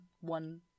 one